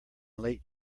late